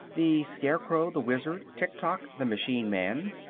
the scarecrow, the wizard, tik-tok the machine man,